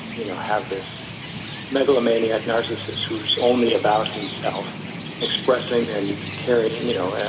you know, have this megalomaniac narcissist who's only about himself expressing and carrying, you know,